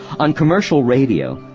on commercial radio,